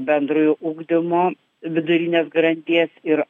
bendrojo ugdymo vidurinės grandies ir